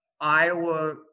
Iowa